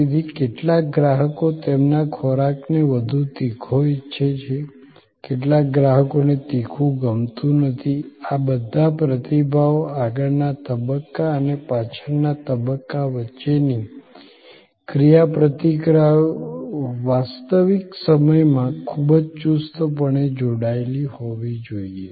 તેથી કેટલાક ગ્રાહકો તેમના ખોરાકને વધુ તીખો ઇચ્છે છે કેટલાક ગ્રાહકોને તીખું ગમતું નથી અને આ બધા પ્રતિભાવો આગળના તબક્કા અને પાછળના તબક્કા વચ્ચેની ક્રિયાપ્રતિક્રિયાઓ વાસ્તવિક સમયમાં ખૂબ જ ચુસ્તપણે જોડાયેલી હોવી જોઈએ